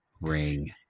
ring